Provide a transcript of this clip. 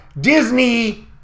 Disney